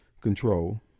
control